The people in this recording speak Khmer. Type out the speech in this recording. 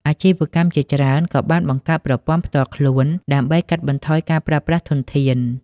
អាជីវកម្មជាច្រើនក៏បានបង្កើតប្រព័ន្ធផ្ទាល់ខ្លួនដើម្បីកាត់បន្ថយការប្រើប្រាស់ធនធាន។